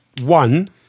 one